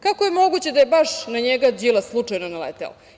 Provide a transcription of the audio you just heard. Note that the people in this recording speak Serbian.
Kako je moguće da je baš na njega Đilas slučajno naleteo?